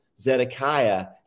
Zedekiah